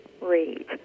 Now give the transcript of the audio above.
read